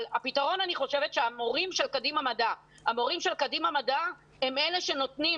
אבל אני חושבת שהמורים של קדימה מדע הם אלה שנותנים